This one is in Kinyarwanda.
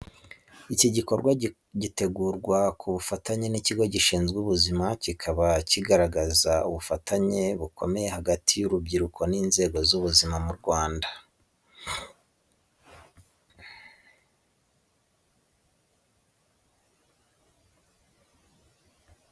Mu rwego rwo gukomeza guteza imbere ibikorwa by’ubwitange no kurengera ubuzima, urubyiruko rw’abakorerabushake rutegura igikorwa cyo gutanga amaraso, iki gikorwa kigamije gukusanya amaraso azafasha abarwayi bakeneye ubufasha bwihuse mu bitaro bitandukanye. Iki gikorwa gitegurwa ku bufatanye n'ikigo gishinzwe ubuzima, kikaba kigaragaza ubufatanye bukomeye hagati y’urubyiruko n’inzego z’ubuzima mu Rwanda.